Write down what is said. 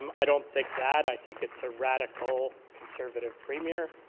um i don't think that. i think it's a radical conservative premiere.